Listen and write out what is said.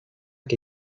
que